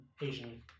Asian